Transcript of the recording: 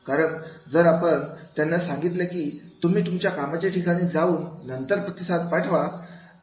कारण जर आपण त्यांना सांगितले की तुम्ही तुमच्या कामाचे ठिकाणी जाऊन नंतर प्रतिसाद पाठवा